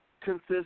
consists